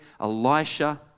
Elisha